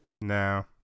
No